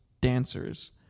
dancers